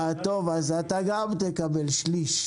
טוב, גם אתה תקבל שליש.